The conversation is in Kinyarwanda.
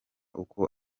uko